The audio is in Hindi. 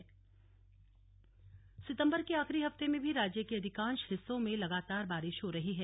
मौसम सितंबर के आखिरी हफ्ते में भी राज्य के अधिकांश हिस्सों में लगातार बारिश हो रही है